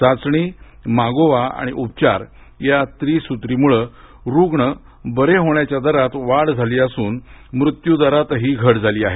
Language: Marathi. चाचणी मागोवा आणि उपचार या त्रिसूत्रिमूळे रुग्ण बरे होण्याच्या दरात वाढ झाली असून मृत्यूदरात घट झाली आहे